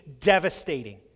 devastating